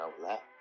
outlet